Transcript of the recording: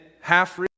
half